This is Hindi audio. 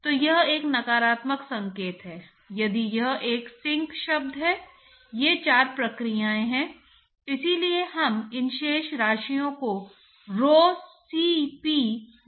तो यह हीट का प्रवाह है जिसे तापमान अंतर थोक तापमान अंतर से विभाजित इंटरफ़ेस पर सीमा पर ले जाया जाता है